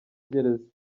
gereza